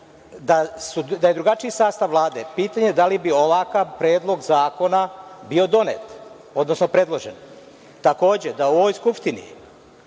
Da je drugačiji sastav Vlade, pitanje je da li bi ovakav predlog zakona bio predložen. Takođe, da u ovoj Skupštini